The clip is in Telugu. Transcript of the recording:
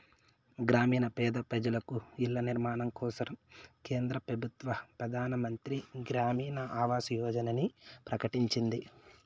గ్రామీణ పేద పెజలకు ఇల్ల నిర్మాణం కోసరం కేంద్ర పెబుత్వ పెదానమంత్రి గ్రామీణ ఆవాస్ యోజనని ప్రకటించింది